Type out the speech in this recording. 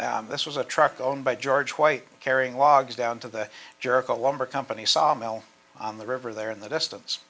s this was a truck owned by george white carrying logs down to the jerk a lumber company saw mill on the river there in the distance